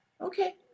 okay